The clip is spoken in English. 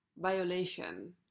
violation